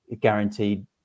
guaranteed